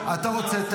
אתה רוצה?